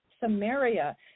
Samaria